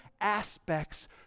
aspects